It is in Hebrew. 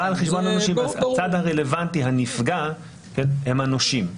הצד הרלוונטי, הנפגע, הוא הנושים.